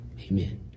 Amen